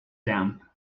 damp